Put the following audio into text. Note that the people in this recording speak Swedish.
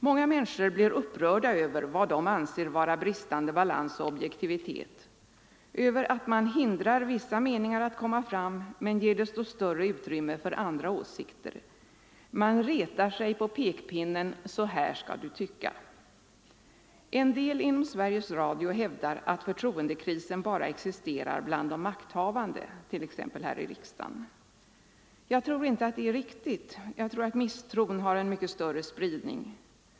Många människor blir upprörda över vad de anser vara bristande balans och objektivitet, över att man hindrar vissa meningar att komma fram men ger desto större utrymme för andra åsikter. Många retar sig också på pekpinnen ”Så här skall du tycka!” En del inom Sveriges Radio hävdar att förtroendekrisen bara existerar bland de makthavande, t.ex. här i riksdagen. Jag tror inte att det är riktigt — misstron har en mycket större spridning.